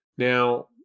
Now